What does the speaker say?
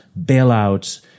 bailouts